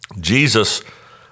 Jesus